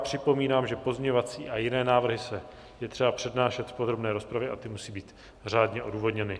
Připomínám, že pozměňovací a jiné návrhy je třeba přednášet v rozpravě a musí být řádně odůvodněny.